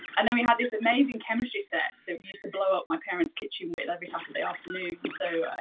and then we had this amazing chemistry set that we used to blow up my parents' kitchen with every saturday afternoon. and so,